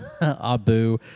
Abu